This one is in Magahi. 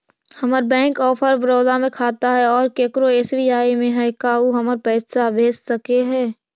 हमर बैंक ऑफ़र बड़ौदा में खाता है और केकरो एस.बी.आई में है का उ हमरा पर पैसा भेज सकले हे?